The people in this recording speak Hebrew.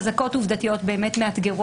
חזקות עובדתיות באמת מאתגרות.